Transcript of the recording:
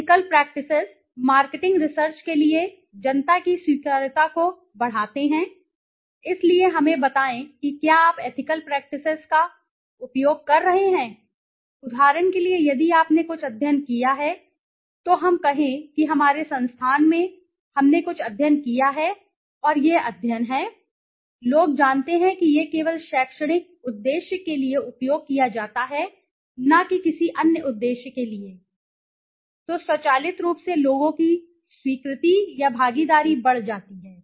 ethical practices marketing research के लिए जनता की स्वीकार्यता को बढ़ाते हैं इसलिए हमें बताएं कि क्या आप एथिकल प्रैक्टिसेसका उपयोग कर रहे हैं उदाहरण के लिए यदि आपने कुछ अध्ययन किया है तो हम कहें कि हमारे संस्थान में हमने कुछ अध्ययन किया है और यह अध्ययन है लोग जानते हैं कि यह केवल शैक्षणिक उद्देश्य के लिए उपयोग किया जाता है न कि किसी अन्य उद्देश्य के लिए और विश्वास है तो स्वचालित रूप से लोगों की स्वीकृति या भागीदारी बढ़ जाती है